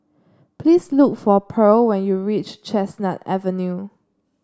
please look for Pearl when you reach Chestnut Avenue